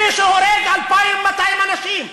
מי שהורג 2,200 אנשים,